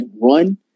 run